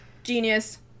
genius